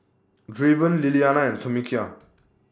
Draven Lilianna and Tamekia